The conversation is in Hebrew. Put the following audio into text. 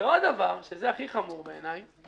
ועוד דבר, שהוא הכי חמור בעיני,